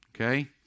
Okay